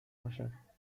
باشم